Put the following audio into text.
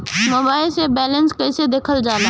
Mobile से balance कइसे देखल जाला?